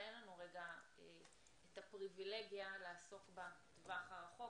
בה אין לנו את הפריבילגיה לעסוק בטווח הרחוק,